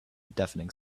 deafening